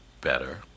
better